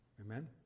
amen